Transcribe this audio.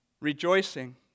rejoicing